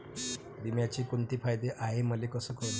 बिम्याचे कुंते फायदे हाय मले कस कळन?